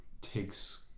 takes